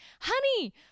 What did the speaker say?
Honey